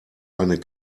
eine